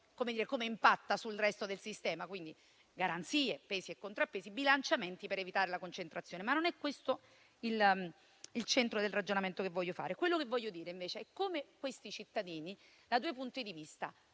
come impatta sul resto del sistema, quindi servono garanzie, pesi, contrappesi e bilanciamenti per evitare la concentrazione. Non è questo però il centro del ragionamento che voglio fare: quello che voglio dire, invece, è come questi cittadini da due punti di vista